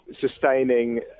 sustaining